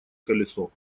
колесо